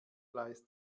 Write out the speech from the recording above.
gleis